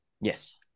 yes